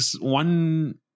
one